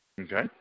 Okay